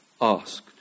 asked